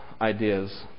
ideas